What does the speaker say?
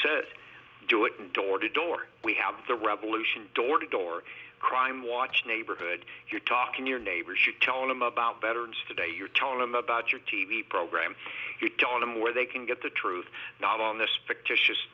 it and door to door we have the revolution door to door crimewatch neighborhood you're talking your neighbors you telling them about veterans today you're telling them about your t v program you tell them where they can get the truth not on this fictitious